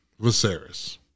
Viserys